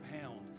Pound